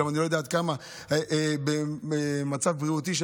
גם אני לא יודע כמה המצב הבריאותי של